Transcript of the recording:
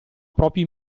proprio